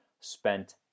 spent